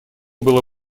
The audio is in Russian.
было